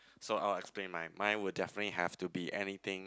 so I will explain mine mine would definitely have to be anything